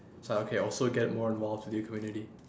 so okay also get more involved with the community